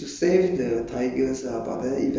like uh